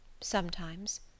Sometimes